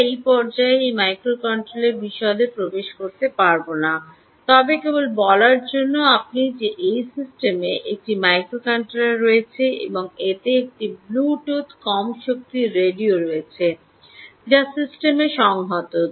আমরা এই পর্যায়ে এই মাইক্রোকন্ট্রোলারের বিশদে প্রবেশ করতে পারব না তবে কেবল বলার জন্য আপনি যে এই সিস্টেমে একটি মাইক্রোকন্ট্রোলার রয়েছে এবং এতে একটি ব্লুটুথ কম শক্তি রেডিও রয়েছে যা সিস্টেমে সংহত